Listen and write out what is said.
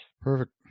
Perfect